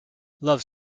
love